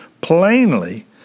plainly